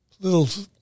little